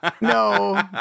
No